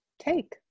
take